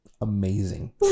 amazing